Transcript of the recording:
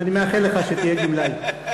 אני מאחל לך שתהיה גמלאי.